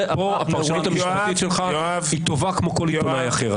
הפרשנות המשפטית שלך היא טובה כמו כל אחד אחר.